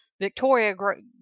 Victoria